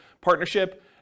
partnership